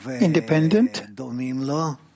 independent